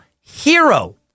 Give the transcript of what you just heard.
Hero